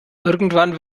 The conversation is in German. irgendwann